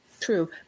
true